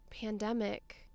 pandemic